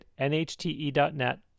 nhte.net